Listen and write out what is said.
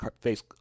face